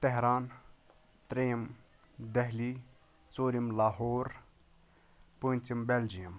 Tehran ترٛیِم دہلی ژورِم لاہور پونٛژِم بیٚلجِیَم